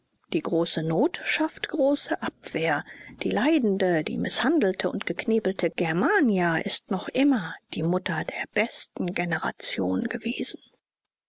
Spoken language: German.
die große not schafft große abwehr die leidende die mißhandelte und geknebelte germania ist noch immer die mutter der besten generation gewesen